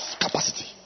capacity